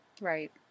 Right